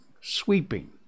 sweeping